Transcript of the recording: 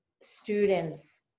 students